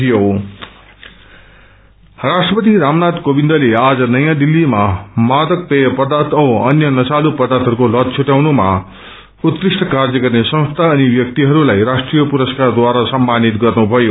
drugs award राष्ट्रपति रामनाथ कोविन्दले आज नयाँ दिल्तीमा मादक पेय औ अन्य नशालू पदार्थहरूको लत ष्ट्र्यउनुमा उत्कृष्ट कार्य गर्ने संस्था अनि व्यक्तिहरूलाई राष्ट्रीय पुरस्कारद्वारा सम्मानित गर्नुभयो